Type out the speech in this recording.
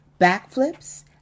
backflips